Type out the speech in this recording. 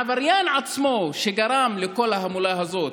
העבריין עצמו שגרם לכל ההמולה הזאת,